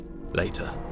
Later